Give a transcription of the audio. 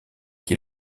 qui